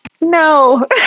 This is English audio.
No